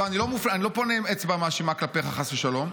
אני לא פונה עם אצבע מאשימה כלפיך, חס ושלום.